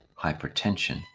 hypertension